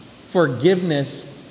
forgiveness